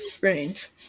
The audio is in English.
range